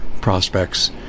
prospects